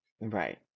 right